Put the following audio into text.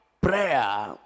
Prayer